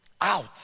out